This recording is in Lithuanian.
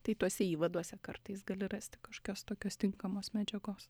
tai tuose įvaduose kartais gali rasti kažokios tokios tinkamos medžiagos